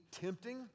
tempting